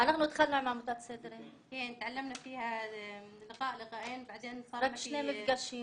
אנחנו התחלנו עם עמותת "סידרי" רק שני מפגשים